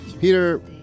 Peter